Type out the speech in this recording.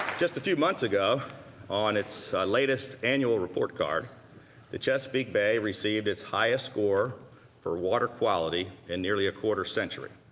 just a few months ago on its latest annual report card the chesapeake bay received its highest score for water quality in nearly a quarter century.